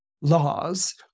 laws